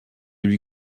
lui